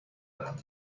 اند